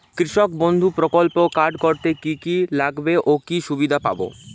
কৃষক বন্ধু প্রকল্প কার্ড করতে কি কি লাগবে ও কি সুবিধা পাব?